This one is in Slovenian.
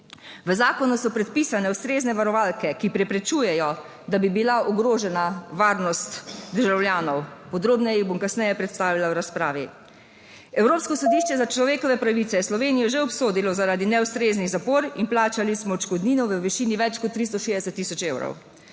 V zakonu so predpisane ustrezne varovalke, ki preprečujejo, da bi bila ogrožena varnost državljanov, podrobneje jih bom kasneje predstavila v razpravi. Evropsko sodišče / znak za konec razprave/ za človekove pravice je Slovenijo že obsodilo zaradi neustreznih zapor, in plačali smo odškodnino v višini več kot 360 tisoč evrov.